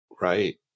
Right